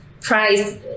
price